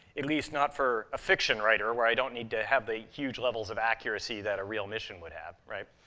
at least not for a fiction writer where i don't need to have the huge levels of accuracy that a real mission would have, right?